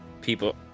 people